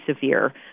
severe